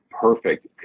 perfect